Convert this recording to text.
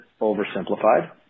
oversimplified